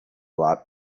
lot